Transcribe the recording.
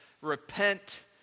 Repent